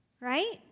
right